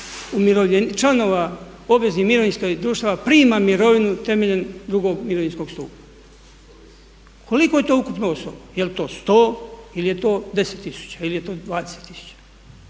je dosada članova obveznih mirovinskih društava prima mirovinu temeljem 2. mirovinskog stupa? Koliko je to ukupno osoba? Jel to 100, ili je to 10 tisuća, ili je to 20 tisuća?